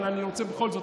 אבל בכל זאת,